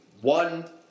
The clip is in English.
One